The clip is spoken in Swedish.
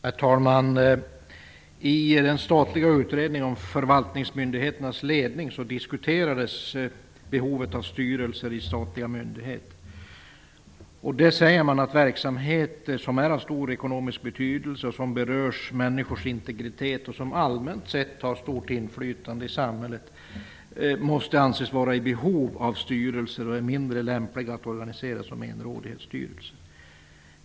Herr talman! I den statliga utredningen om förvaltningsmyndigheternas ledning diskuterades behovet av styrelser i statliga myndigheter. Man säger att verksamheter som är av stor ekonomisk betydelse, som berör människors integritet och som allmänt sett har stort inflytande i samhället måste anses vara i behov av styrelser och är mindre lämpliga att organisera som enrådighetsstyrelser.